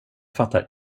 fattar